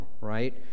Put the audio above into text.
right